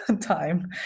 time